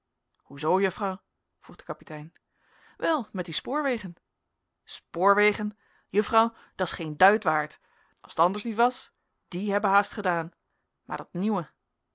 zoo juffrouw vroeg de kapitein wel met die spoorwegen spoorwegen juffrouw da's geen duit waard as t anders niet was die hebben haast gedaan maar dat nieuwe